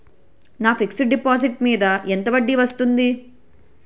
నా fixed deposit మీద ఎంత వడ్డీ వస్తుంది?